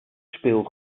speel